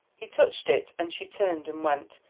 he touched it, and she turned and went.